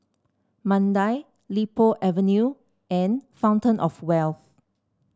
Mandai Li Po Avenue and Fountain Of Wealth